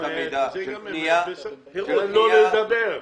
תן לו לדבר.